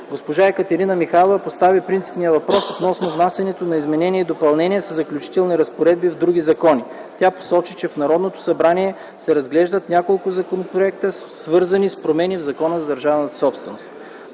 Госпожа Екатерина Михайлова постави принципния въпрос относно внасянето на изменения и допълнения със заключителни разпоредби в други закони. Тя посочи, че в Народното събрание се разглеждат няколко законопроекта, свързани с промени в Закона за държавната собственост.